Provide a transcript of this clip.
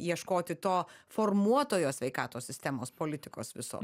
ieškoti to formuotojo sveikatos sistemos politikos viso